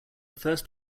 first